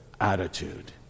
attitude